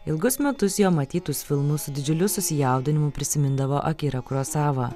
ilgus metus jo matytus filmus su didžiuliu susijaudinimu prisimindavo akira kurosava